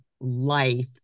life